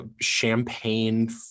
champagne